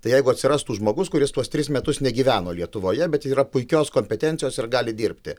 tai jeigu atsirastų žmogus kuris tuos tris metus negyveno lietuvoje bet yra puikios kompetencijos ir gali dirbti